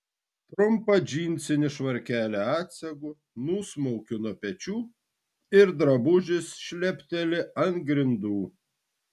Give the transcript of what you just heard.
trumpą džinsinį švarkelį atsegu nusmaukiu nuo pečių ir drabužis šlepteli ant grindų